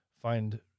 find